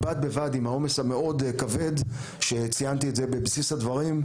בד בבד עם העומס המאוד כבר שציינתי את זה בבסיס הדברים,